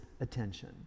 attention